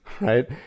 Right